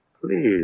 please